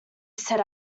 said